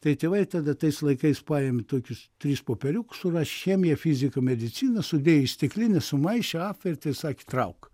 tai tėvai tada tais laikais paimė tokius tris popieriukus surašė chemija fiziką medicina sudėjo į stiklines sumaišė apvertė sakė trauk